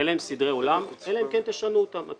אלה הם סדרי עולם אלא אם כן תשנו אותם.